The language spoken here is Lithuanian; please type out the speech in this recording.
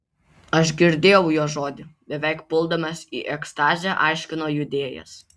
aš girdėjau jo žodį beveik puldamas į ekstazę aiškino judėjas